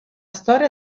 storia